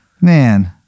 man